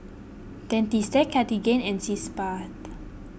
Dentiste Cartigain and Sitz Bath